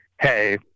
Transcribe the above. hey –